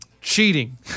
cheating